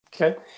Okay